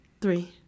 three